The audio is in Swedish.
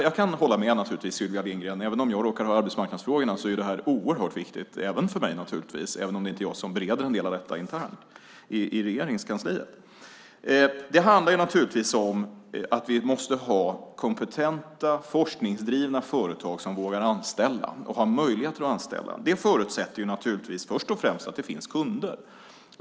Jag kan hålla med Sylvia Lindgren om att även om jag råkar ha hand om arbetsmarknadsfrågorna och inte bereder dessa andra frågor internt i Regeringskansliet är det här oerhört viktigt även för mig. Det handlar naturligtvis om att vi måste ha kompetenta forskningsdrivna företag som vågar och har möjlighet att anställa. Det förutsätter först och främst att det finns kunder.